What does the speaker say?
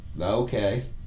Okay